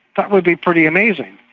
that would be pretty amazing.